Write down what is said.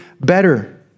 better